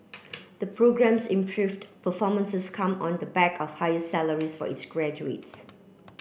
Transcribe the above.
the programme's improved performances come on the back of higher salaries for its graduates